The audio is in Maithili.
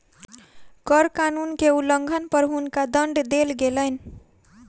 कर कानून के उल्लंघन पर हुनका दंड देल गेलैन